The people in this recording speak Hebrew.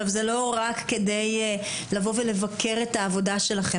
זה לא רק כדי לבוא ולבקר את העבודה שלכן,